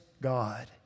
God